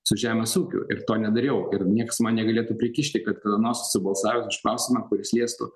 su žemės ūkiu ir to nedariau ir nieks man negalėtų prikišti kad kada nors esu balsavęs už klausimą kuris liestų